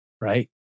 right